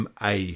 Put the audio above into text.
MA